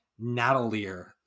Natalier